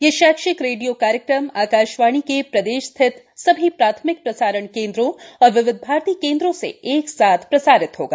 यह शैक्षिक रेडियो कार्यक्रम आकाशवाणी के प्रदेश स्थित सभी प्राथमिक प्रसारण केन्द्रों और विविध भारती केन्द्रों से एक साथ प्रसारित होगा